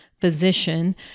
physician